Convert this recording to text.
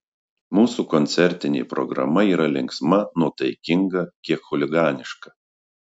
mūsų koncertinė programa yra linksma nuotaikinga kiek chuliganiška